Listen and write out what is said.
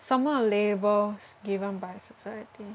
some of the labels given by society